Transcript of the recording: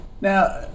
Now